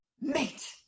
Mate